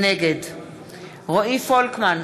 נגד רועי פולקמן,